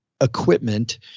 equipment